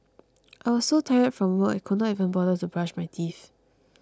I was so tired from work I could not even bother to brush my teeth